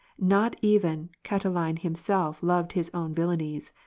not even catiline himself loved his own villanies,